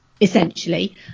essentially